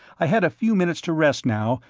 i had a few minutes to rest now,